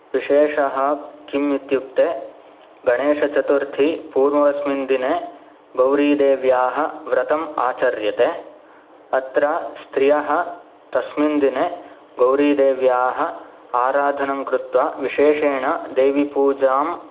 विशेषः किम् इत्युक्ते गणेशचतुर्थी पूर्वस्मिन् दिने गौरीदेव्याः व्रतम् आचर्यते अत्र स्त्रियः तस्मिन् दिने गौरीदेव्याः आराधनं कृत्वा विशेषेण देवीपूजा